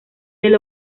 del